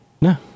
No